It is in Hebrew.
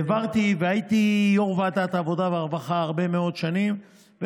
הייתי יו"ר ועדת העבודה והרווחה הרבה מאוד שנים,